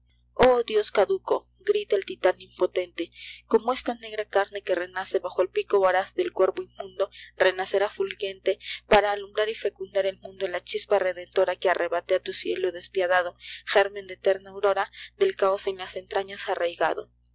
oh dios caduco i grita el titan impotente como esta negra carne que renace bajo el pico voraz del cuervo inmundo renacerá fulgente para alumbrar y fecundar el mundo la chispa redentora que arrebaté á tu cielo despiadado gérmen de eterna aurora del caos en las entrañas arraigado